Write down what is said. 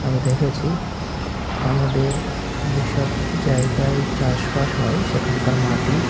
আমি দেখেছি আমাদের যেসব জায়গায় চাষবাস হয় সেখানকার মাটি